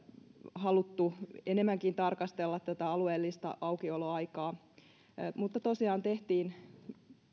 haluttu enemmänkin tarkastella tätä alueellista aukioloaikaa mutta tosiaan tehtiin